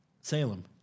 Salem